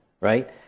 right